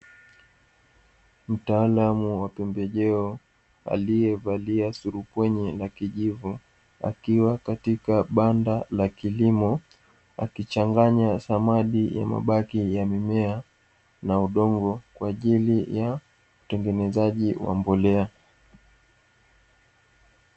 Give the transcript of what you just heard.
Mtaalamu wa pembejeo aliyevalia surupwenye la kijivu akiwa katika banda la kilimo akichanganya samadi ya mabaki ya mimea na udongo kwa ajili ya utengenezaji wa mbolea.